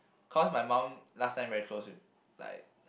cause my mom last time very close with like